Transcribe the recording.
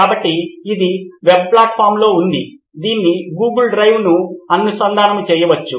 కాబట్టి ఇది వెబ్ ప్లాట్ఫారమ్లో ఉంది దీన్ని గూగుల్ డ్రైవ్కు అనుసంధానము చేయవచ్చు